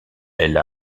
elle